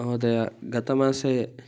महोदय गतमासे